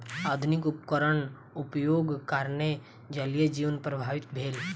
आधुनिक उपकरणक उपयोगक कारणेँ जलीय जीवन प्रभावित भेल